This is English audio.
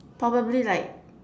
probably like